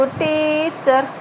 teacher